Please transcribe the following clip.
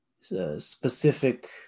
specific